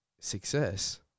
success